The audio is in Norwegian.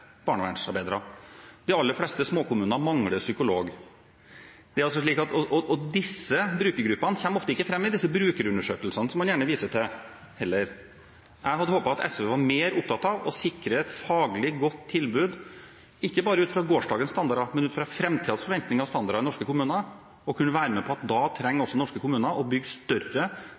barnevernsarbeidere. De aller fleste småkommunene mangler psykolog. Disse brukergruppene kommer ofte ikke fram i de brukerundersøkelsene som man gjerne viser til. Jeg hadde håpet at SV var mer opptatt av å sikre et godt faglig tilbud, ikke bare ut fra gårsdagens standarder, men ut fra framtidens forventninger og standarder i norske kommuner, og kunne være med på at da trenger norske kommuner å bygge større